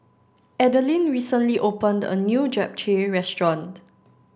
Adelyn recently opened a new Japchae restaurant